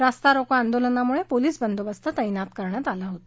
रास्तारोको आंदोलनामुळे पोलीस बंदोबस्त तैनात करण्यात आला होता